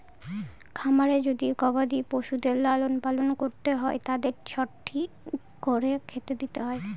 খামারে যদি গবাদি পশুদের লালন পালন করতে হয় তাদের ঠিক করে খেতে দিতে হবে